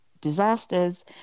disasters